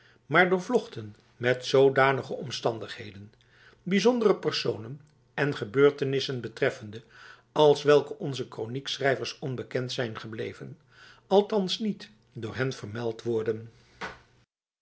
maar doorvlochten met zoodanige omstandigheden bijzondere personen en gebeurtenissen betreffende als welke onze kroniekschrijvers onbekend zijn gebleven althans niet door hen vermeld worden